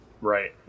right